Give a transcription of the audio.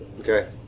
Okay